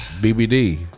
BBD